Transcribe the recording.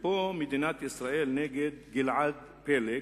ופה מדינת ישראל נגד גלעד פלג.